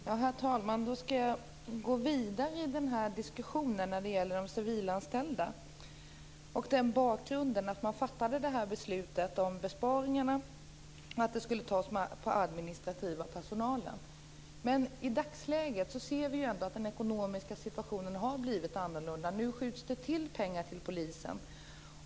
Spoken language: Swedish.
Herr talman! Jag skall gå vidare med diskussionen om de civilanställda och bakgrunden till att man fattade beslutet om besparingar på den administrativa personalen. I dagsläget ser vi att den ekonomiska situationen har blivit annorlunda. Nu skjuts det till pengar till polisen.